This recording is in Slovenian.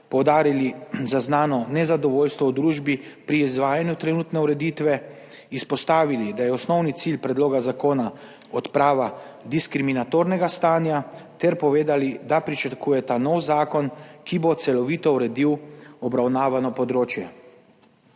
poudarili zaznano nezadovoljstvo v družbi pri izvajanju trenutne ureditve, izpostavili, da je osnovni cilj predloga zakona odprava diskriminatornega stanja, ter povedali, da pričakuje ta nov zakon, ki bo celovito uredil obravnavano področje.